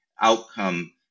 outcome